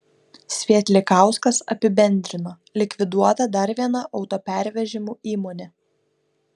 svietlikauskas apibendrino likviduota dar viena autopervežimų įmonė